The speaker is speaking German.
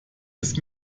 ist